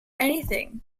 anything